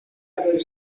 haber